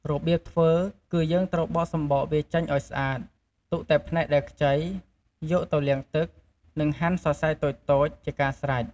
របៀបធ្វើគឺ យើងត្រូវបកសំបកវាចេញឱ្យស្អាត ទុកតែផ្នែកដែលខ្ចី យកទៅលាងទឹក និងហាន់សរសៃតូចៗជាការស្រេច។